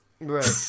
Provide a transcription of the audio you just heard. Right